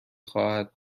خواهد